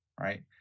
right